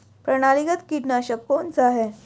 प्रणालीगत कीटनाशक कौन सा है?